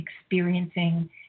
experiencing